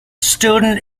student